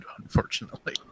Unfortunately